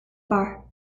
bar